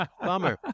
Bummer